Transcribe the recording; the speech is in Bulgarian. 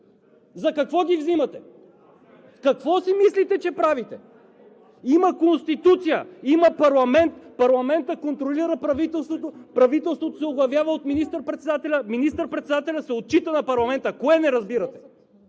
За какво ги взимате? Какво си мислите, че правите? Има Конституция, има парламент, парламентът контролира правителството, правителството се оглавява от министър председателя, министър-председателят се отчита на парламента – кое не разбирате?